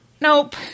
Nope